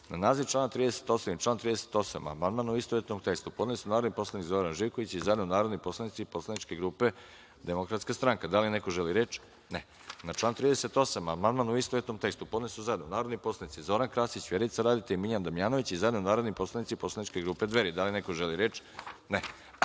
38. i član 38. amandman, u istovetnom tekstu, podneli su narodni poslanik Zoran Živković, i zajedno narodni poslanici Poslaničke grupe DS.Da li neko želi reč? (Ne)Na član 38. amandman, u istovetnom tekstu, podneli su zajedno narodni poslanici Zoran Krasić, Vjerica Radeta i Miljan Damjanović, i zajedno narodni poslanici Poslaničke grupe Dveri. Da li neko želi reč?